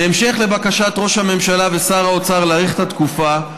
בהמשך לבקשת ראש הממשלה ושר האוצר להאריך את התקופה,